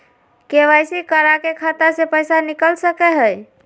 KYC करा के खाता से पैसा निकल सके हय?